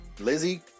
Lizzie